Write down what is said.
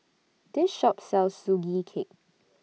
This Shop sells Sugee Cake